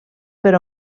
per